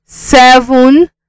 Seven